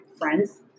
friends